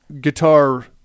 guitar